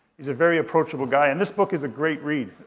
he's a very approachable guy. and this book is a great read.